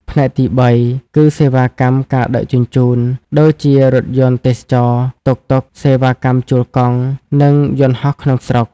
ផ្នែកទីបីគឺសេវាកម្មការដឹកជញ្ជូន ដូចជារថយន្តទេសចរណ៍ តុកតុក សេវាកម្មជួលកង់ និងយន្តហោះក្នុងស្រុក។